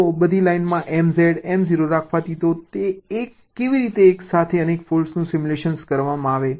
તો બધી લાઈનોમાં MZ Mo રાખવાથી કેવી રીતે એકસાથે અનેક ફોલ્ટ્સનું સિમ્યુલેટ કરવામાં આવે છે